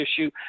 issue